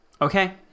Okay